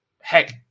Heck